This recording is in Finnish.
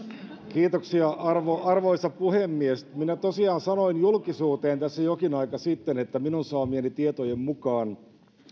kiitoksia arvoisa puhemies minä tosiaan sanoin julkisuuteen tässä jokin aika sitten että minun saamieni tietojen mukaan